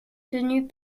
tenus